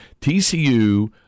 TCU –